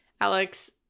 Alex